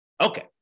Okay